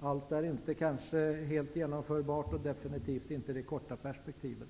Allt kanske inte är helt genomförbart -- definitivt inte i det korta perspektivet.